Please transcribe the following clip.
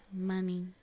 money